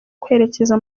kwerekeza